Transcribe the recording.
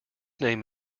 name